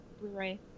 Blu-ray